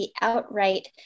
outright